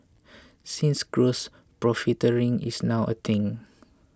since gross profiteering is now a thing